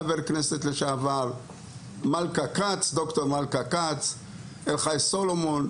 חבר כנסת לשעבר; ד"ר מלכה כץ; יוחאי סולומון,